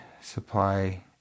supply